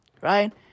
right